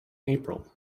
april